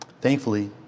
Thankfully